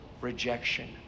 rejection